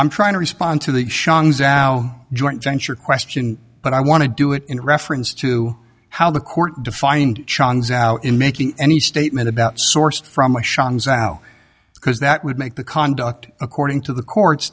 i'm trying to respond to the now joint venture question but i want to do it in reference to how the court defined sean's out in making any statement about sourced from because that would make the conduct according to the courts